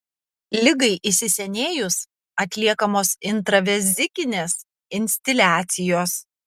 ligai įsisenėjus atliekamos intravezikinės instiliacijos